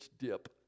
dip